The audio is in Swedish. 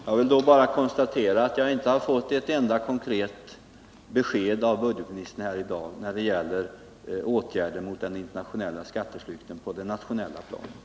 Herr talman! Jag vill då bara konstatera att jag inte fått ett enda konkret besked av budgetministern när det gäller åtgärder på det nationella planet mot den internationella skatteflykten.